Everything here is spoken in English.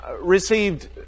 received